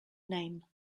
name